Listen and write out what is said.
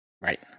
Right